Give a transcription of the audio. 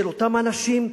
של אותם אנשים,